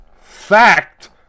Fact